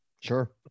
Sure